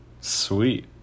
Sweet